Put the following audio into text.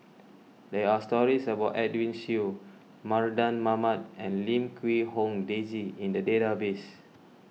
there are stories about Edwin Siew Mardan Mamat and Lim Quee Hong Daisy in the database